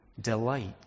delight